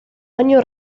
año